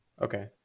Okay